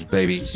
baby